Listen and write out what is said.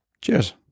cheers